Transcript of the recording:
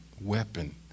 weapon